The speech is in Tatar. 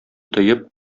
тоеп